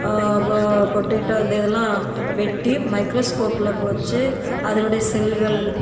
potato அந்த இதெலாம் வெட்டி மைக்ரோ ஸ்கோபில் வச்சி அதனுடைய செல்கள்